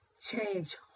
change